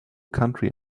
country